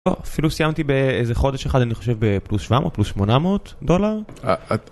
אפילו סיימתי באיזה חודש אחד אני חושב בפלוס 700 פלוס 800 דולר.